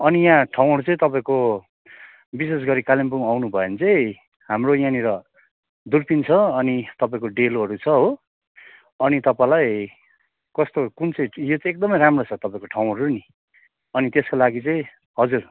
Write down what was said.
अनि यगाँ ठाउँहरू चाहिँ तपाईँको विशेष गरी कालिम्पोङ आउनुभयो भने चाहिँ हाम्रो यहाँनिर दुर्पिन छ अनि तपाईँको डेलोहरू छ हो अनि तपाईँलाई कस्तो कुन चाहिँ यो चाहिँ एकदमै राम्रो छ तपाईँको ठाउँहरू नि अनि त्यसको लागि चाहिँ हजुर